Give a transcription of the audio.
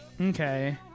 Okay